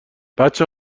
بچه